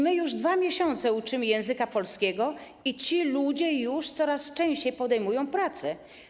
My już 2 miesiące uczymy języka polskiego i ci ludzie coraz częściej podejmują pracę.